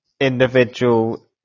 individual